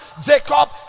Jacob